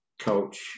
coach